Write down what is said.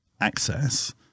access